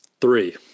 Three